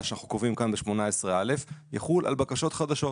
שאנחנו קובעים כאן ב-18א יחול על בקשות חדשות,